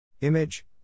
Image